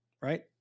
right